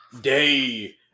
day